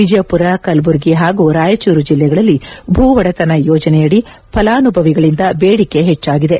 ವಿಜಯಪುರ ಕಲಬುರಗಿ ಹಾಗೂ ರಾಯಚೂರು ಜಿಲ್ಲೆಗಳಲ್ಲಿ ಭೂ ಒಡೆತನ ಯೋಜನೆಯಡಿ ಫಲಾನುಭವಿಗಳಿಂದ ದೇಡಿಕೆ ಹೆಚ್ಚಾಗಿದೆ